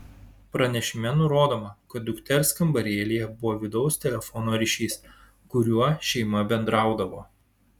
pranešime nurodoma kad dukters kambarėlyje buvo vidaus telefono ryšys kuriuo šeima bendraudavo